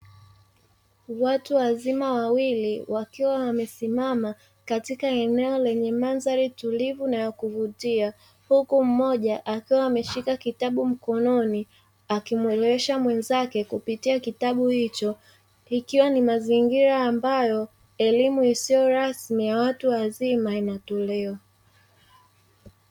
Watu wazima wawili wakiwa wamesimama katika eneo lenye mandhari tulivu na ya kuvutia, huku mmoja akiwa ameshika kitabu mkononi akimuelewesha mwenzake kupitia kitabu hicho, ikiwa ni mazingira ambayo elimu isiyo rasmi ya watu wazima inatolewa.